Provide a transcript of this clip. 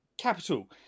Capital